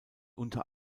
unter